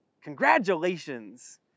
Congratulations